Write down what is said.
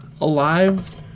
alive